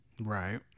right